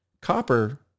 copper